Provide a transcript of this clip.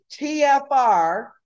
TFR